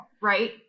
right